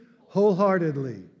Wholeheartedly